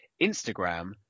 Instagram